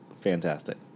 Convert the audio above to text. fantastic